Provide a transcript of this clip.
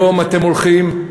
היום אתם הולכים,